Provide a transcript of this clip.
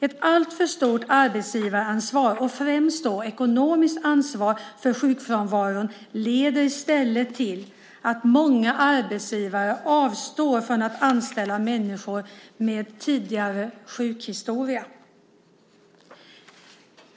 Ett alltför stort arbetsgivaransvar och främst då ekonomiskt ansvar för sjukfrånvaron leder i stället till att många arbetsgivare avstår från att anställa människor med tidigare sjukhistoria.